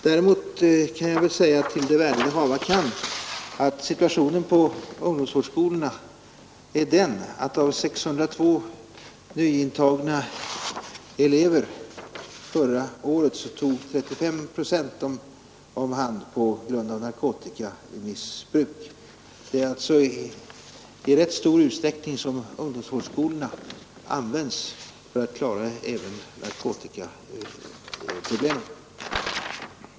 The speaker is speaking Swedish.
Däremot kan jag säga, till det värde det hava kan, att situationen på ungdomsvårdsskolorna är den, att av 602 nyintagna elever förra året togs 35 procent om hand på grund av narkotikamissbruk. Det är alltså i rätt stor utsträckning som ungdomsvårdsskolorna använts för att klara även narkotikaproblemen.